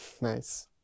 Nice